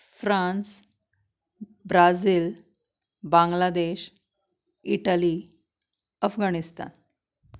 France Brazil Bangladesh Italy Afghanistan